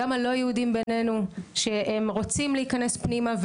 גם הלא יהודים בינינו שהם רוצים להיכנס פנימה,